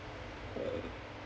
uh